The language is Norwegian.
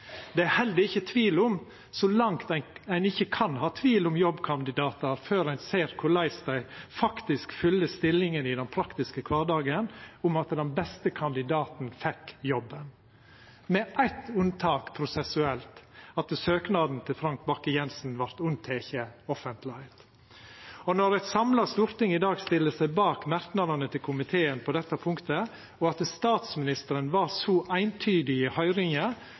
Det er heller ikkje tvil om, så langt ein ikkje kan ha tvil om jobbkandidatar før ein ser korleis dei faktisk fyller stillinga i den praktiske kvardagen, at den beste kandidaten fekk jobben – med eitt unntak prosessuelt, at søknaden frå Frank Bakke-Jensen vart unnateken offentlegheit. Når eit samla storting i dag stiller seg bak merknadene til komiteen på dette punktet, og statsministeren var så